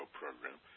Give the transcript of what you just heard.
program